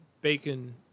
bacon